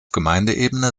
gemeindeebene